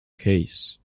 case